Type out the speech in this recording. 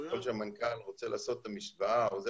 כפי שהמנכ"ל רוצה לעשות את המשוואה או זה